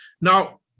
now